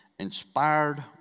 inspired